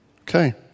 Okay